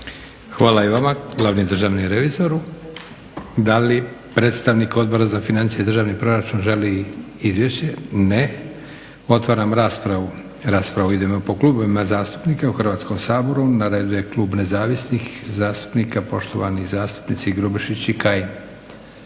Hvala i vama glavni državni revizoru. Da li predstavnik Odbora za financije i državni proračun želi izvješće? Ne. Otvaram raspravu. Raspravu idemo po klubovima zastupnika u Hrvatskom saboru. na redu je Klub nezavisnih zastupnika poštovani zastupnici Grubišić i Kajin.